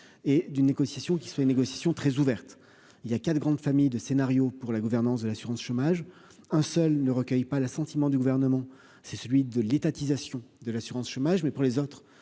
et d'une négociation qui soit une négociation très ouverte il y a 4 grandes familles de scénario pour la gouvernance de l'assurance chômage, un seul ne recueille pas l'assentiment du gouvernement, c'est celui de l'étatisation de l'assurance-chômage, mais pour les autres,